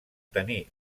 tenir